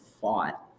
fought